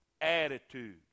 attitude